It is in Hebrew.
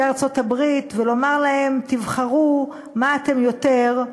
ארצות-הברית ולומר להם: תבחרו מה אתם יותר,